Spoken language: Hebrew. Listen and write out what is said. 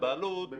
הבעלות --- מהמל"ל.